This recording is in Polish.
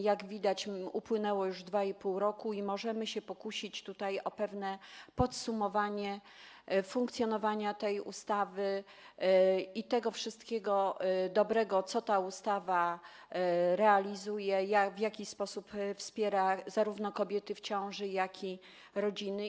Jak widać, upłynęło już 2,5 roku i możemy się pokusić o pewne podsumowanie funkcjonowania tej ustawy i wszystkiego dobrego, co ta ustawa realizuje, w jaki sposób wspiera zarówno kobiety w ciąży, jak i rodziny.